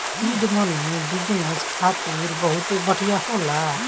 seed money business खातिर बहुते बढ़िया होला